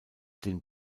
den